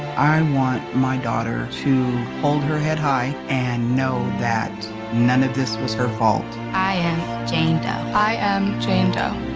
i and want my daughter to hold her head high and know that none of this was her fault. i am jane doe. i am jane doe.